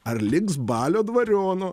ar liks balio dvariono